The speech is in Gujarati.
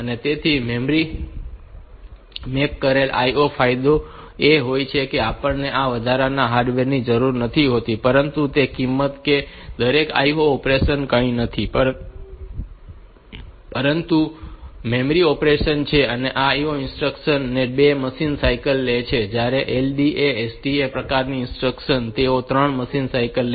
તો મેમરી મેપ કરેલ IO નો ફાયદો એ હોય છે કે આપણને આ વધારાના હાર્ડવેર ની જરૂર નથી હોતી પરંતુ તે કિંમતે કે દરેક IO ઑપરેશન કંઈ નથી પરંતુ મેમરી ઑપરેશન છે અને આ IN ઇન્સ્ટ્રક્શન તે 2 મશીન સાયકલ લે છે જ્યારે આ LDA STA પ્રકારની ઇન્સ્ટ્રક્શન્સ તેઓ 3 મશીન સાયકલ લે છે